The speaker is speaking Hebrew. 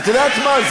את יודעת מה?